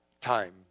time